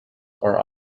are